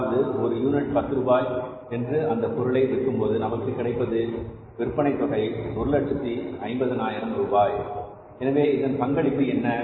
அதாவது ஒரு யூனிட் 10 ரூபாய் என்று அந்த பொருளை விற்கும்போது நமக்கு கிடைப்பது விற்பனைத் தொகை 150000 ரூபாய் எனவே இதன் பங்களிப்பு என்ன